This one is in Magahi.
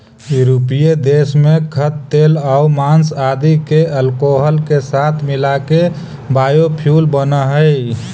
यूरोपीय देश में खाद्यतेलआउ माँस आदि के अल्कोहल के साथ मिलाके बायोफ्यूल बनऽ हई